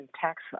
tax